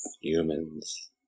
humans